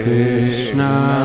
Krishna